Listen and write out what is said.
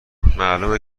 معلومه